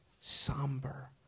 somber